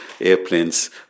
airplanes